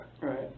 Right